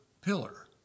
pillar